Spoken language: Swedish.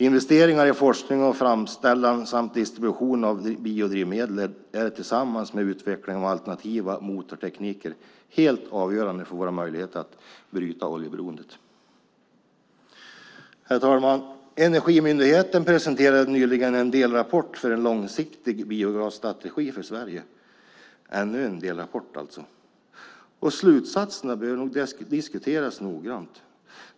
Investeringar i forskning om framställan samt distribution av biodrivmedel är tillsammans med utveckling av alternativa motortekniker helt avgörande för våra möjligheter att bryta oljeberoendet. Herr talman! Energimyndigheten presenterade nyligen en delrapport om en långsiktig biogasstrategi för Sverige - ytterligare en delrapport alltså. Slutsatserna bör diskuteras noggrant.